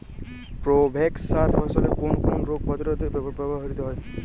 Provex সার ফসলের কোন কোন রোগ প্রতিরোধে ব্যবহৃত হয়?